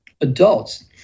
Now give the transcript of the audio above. adults